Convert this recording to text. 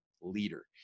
leader